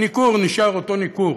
הניכור נשאר אותו ניכור,